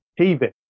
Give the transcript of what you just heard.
TV